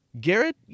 Garrett